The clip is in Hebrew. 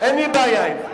אין לי בעיה עם זה.